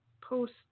post